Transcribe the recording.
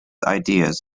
ideas